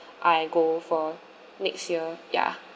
I go for next year ya